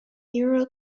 euro